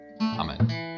Amen